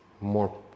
more